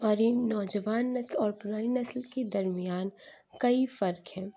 ہماری نوجوان نسل اور پرانی نسل کے درمیان کئی فرق ہیں